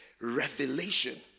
revelation